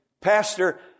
pastor